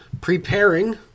preparing